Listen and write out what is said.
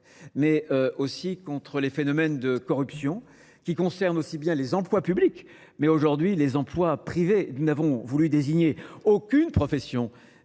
mais aussi contre les phénomènes de corruption qui concernent aussi bien les emplois publics. Mais aujourd'hui, les emplois privés, nous n'avons voulu désigner aucune profession